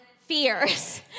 fears